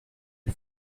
you